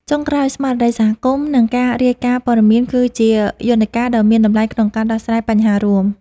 ចុងក្រោយ ស្មារតីសហគមន៍ និងការរាយការណ៍ព័ត៌មាន គឺជាយន្តការដ៏មានតម្លៃក្នុងការដោះស្រាយបញ្ហារួម។